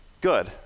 good